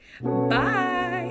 bye